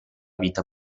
vita